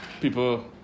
People